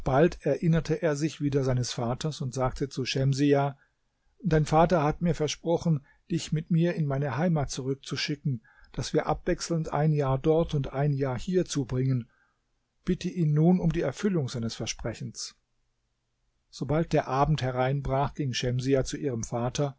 bald erinnerte er sich wieder seines vaters und sagte zu schemsiah dein vater hat mir versprochen dich mit mir in meine heimat zurückzuschicken daß wir abwechselnd ein jahr dort und ein jahr hier zubringen bitte ihn nun um die erfüllung seines versprechens sobald der abend hereinbrach ging schemsiah zu ihrem vater